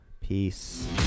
peace